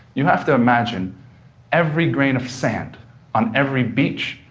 you'd have to imagine every grain of sand on every beach,